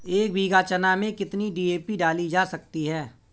एक बीघा चना में कितनी डी.ए.पी डाली जा सकती है?